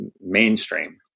mainstream